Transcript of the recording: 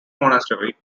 monastery